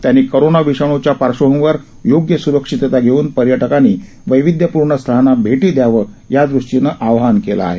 त्यांनी कोरोना विषाणूच्या पार्श्वभूमीवर योग्य सुरक्षितता घेऊन पर्यटकांनी वैविध्यपूर्ण स्थळांना भेटी द्यायचं आवाहन या संघानं केलं आहे